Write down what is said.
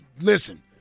listen